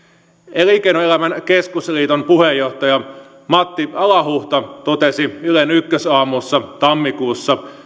elinkeinoelämän keskusliiton puheenjohtaja matti alahuhta totesi ylen ykkösaamussa tammikuussa